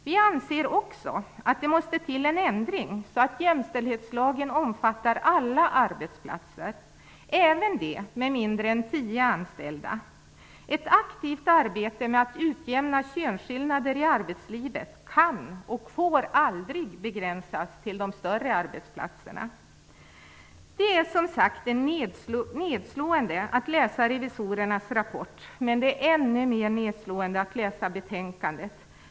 Vi anser också att det måste till en ändring så att jämställdhetslagen omfattar alla arbetsplatser; även de med mindre än 10 anställda. Ett aktivt arbete med att utjämna könsskillnader i arbetslivet kan och får aldrig begränsas till de större arbetsplatserna. Det är som sagt nedslående att läsa revisorernas rapport. Men det är ännu mer nedslående att läsa betänkandet.